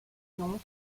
sont